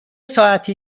ساعتی